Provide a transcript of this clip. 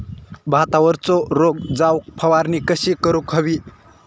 भातावरचो रोग जाऊक फवारणी कशी करूक हवी?